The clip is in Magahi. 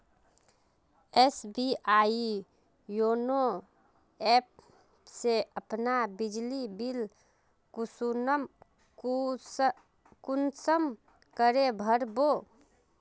एस.बी.आई योनो ऐप से अपना बिजली बिल कुंसम करे भर बो?